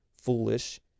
foolish